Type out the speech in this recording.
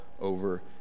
over